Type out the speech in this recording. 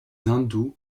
hindous